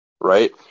right